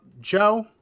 Joe